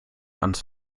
ans